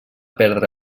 perdre